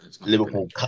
Liverpool